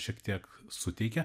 šiek tiek suteikia